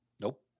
Nope